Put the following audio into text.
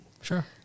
Sure